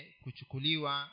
kuchukuliwa